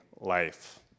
life